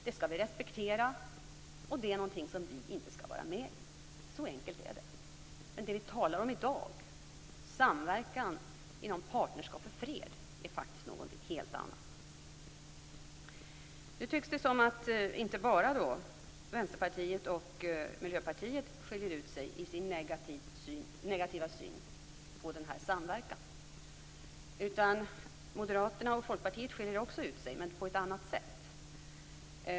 Det skall vi respektera, och det är något som vi inte skall vara med i. Så enkelt är det. Men det som vi talar om i dag, samverkan inom Partnerskap för fred, är faktiskt något helt annat. Nu tycks det som om inte bara Vänsterpartiet och Miljöpartiet skiljer ut sig i sin negativa syn på denna samverkan. Också Moderaterna och Folkpartiet skiljer ut sig, men på ett annat sätt.